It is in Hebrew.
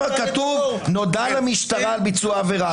אבל כתוב: נודע למשטרה על ביצוע עבירה.